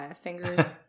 fingers